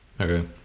okay